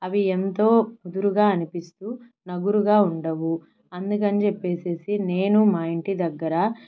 అవి ఎంతో గుబురుగా అనిపిస్తూ నగురుగా ఉండవు అందుకని చెప్పేసేసి నేను మా ఇంటి దగ్గర